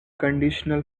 conditional